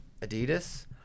Adidas